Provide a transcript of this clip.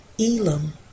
Elam